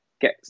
get